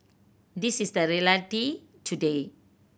this is the reality today